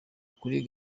kuri